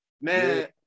man